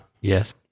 Yes